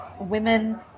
women